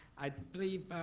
i believe,